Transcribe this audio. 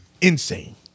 Insane